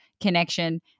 connection